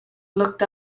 looked